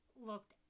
looked